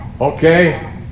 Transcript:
Okay